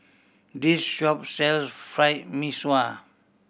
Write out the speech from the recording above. this shop sells Fried Mee Sua